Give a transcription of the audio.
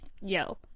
yo